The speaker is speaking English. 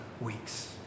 weeks